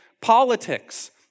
politics